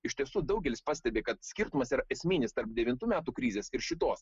iš tiesų daugelis pastebi kad skirtumas yra esminis tarp devintų metų krizės ir šitos